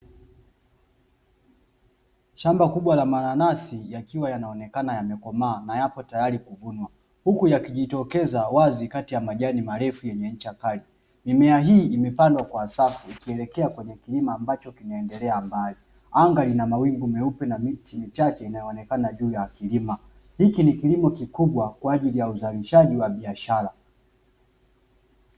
Shamba kubwa la mananasi yakiwa yanaonekana yamekomaa, na yapo tayari kuvunwa. Huku ya kijitokeza wazi kati ya majani marefu yenye ncha kali, mimea hii imepandwa kwa safu ikielekea kwenye kilima ambacho kinaendelea mbali. Anga lina mawingu meupe na miti michache inayoonekana juu ya kilima. Hiki ni kilimo kikubwa kwa ajili ya uzalishaji wa biashara.